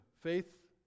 Faith